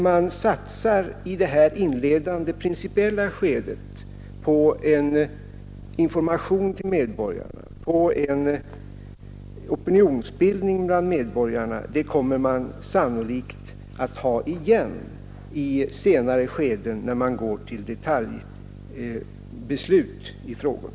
Vad man i detta inledande principiella skede satsar av information till människorna och på opinionsbildningen bland medborgarna kommer vi sannolikt att ha igen i senare skeden, när vi går till beslut i detaljfrågorna.